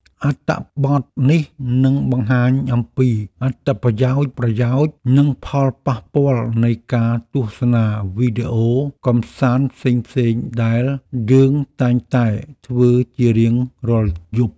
អត្ថបទនេះនឹងបង្ហាញអំពីអត្ថប្រយោជន៍និងផលប៉ះពាល់នៃការទស្សនាវីដេអូកម្សាន្តផ្សេងៗដែលយើងតែងតែធ្វើជារៀងរាល់យប់។